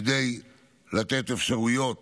כדי לתת אפשרויות